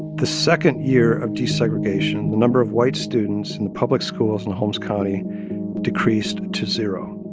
the second year of desegregation, the number of white students in the public schools in holmes county decreased to zero